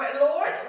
Lord